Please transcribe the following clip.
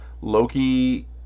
Loki